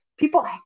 People